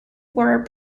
were